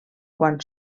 quan